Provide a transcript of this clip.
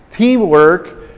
Teamwork